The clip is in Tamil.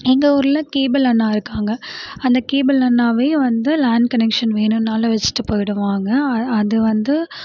எங்கள் ஊர்ல கேபிள் அண்ணா இருக்காங்கள் அந்த கேபிள் அண்ணாவே வந்து லேண்ட் கனெக்ஷன் வேணும்னாலும் வச்சுட்டு போய்டுவாங்கள் அது அது வந்து